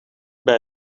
bij